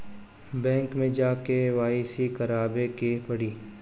Bank मे जा के के.वाइ.सी करबाबे के पड़ी?